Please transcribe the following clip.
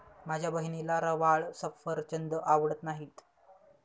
माझ्या बहिणीला रवाळ सफरचंद आवडत नाहीत